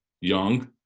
young